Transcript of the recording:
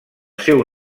seu